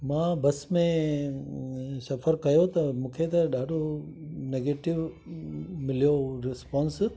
मां बस में सफ़रु कयो त मूंखे त ॾाढो नैगेटिव मिलियो रिस्पॉन्स